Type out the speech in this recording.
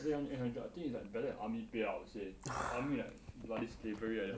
I think earn eight hundred I think it's like better than army pay I would say army is like bloody slavery like that